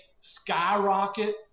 skyrocket